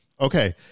Okay